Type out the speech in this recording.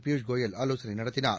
பியூஷ் கோயல் ஆலோசனை நடத்தினார்